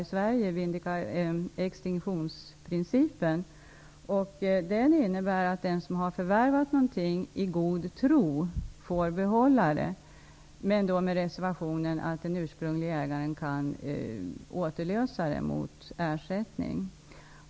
I Sverige tillämpar vi extinktionsprincipen, som innebär att den som har förvärvat någonting i god tro, får behålla det, men med den reservationen att den ursprunglige ägaren kan återlösa det mot ersättning.